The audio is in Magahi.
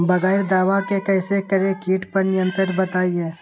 बगैर दवा के कैसे करें कीट पर नियंत्रण बताइए?